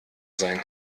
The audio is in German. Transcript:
sein